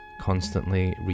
constantly